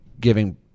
giving